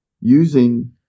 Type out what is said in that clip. using